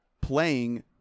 playing